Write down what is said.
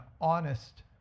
honest